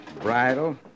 bridle